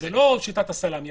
זה לא שיטת הסלמי.